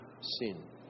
sin